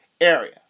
area